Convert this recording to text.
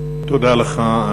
תודה לך.